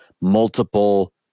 multiple